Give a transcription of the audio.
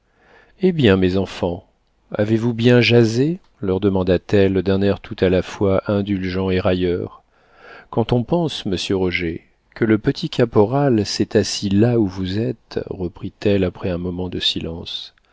hé bien mes enfants avez-vous bien jasé leur demanda-t-elle d'un air tout à la fois indulgent et railleur quand on pense monsieur roger que le petit caporal s'est assis là où vous êtes reprit-elle après un moment de silence